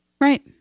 Right